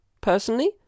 personally